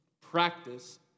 Practice